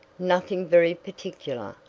nothing very particular,